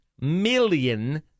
million